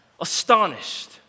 astonished